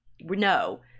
no